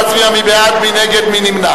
לשנת הכספים 2012, לא נתקבלה.